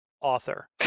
author